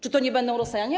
Czy to nie będą Rosjanie?